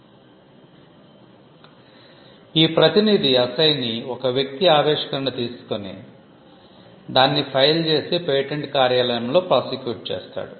ఇప్పుడు ఈ ప్రతినిధి ఒక వ్యక్తి ఆవిష్కరణ తీసుకొని దానిని ఫైల్ చేసి పేటెంట్ కార్యాలయంలో ప్రాసిక్యూట్ చేస్తాడు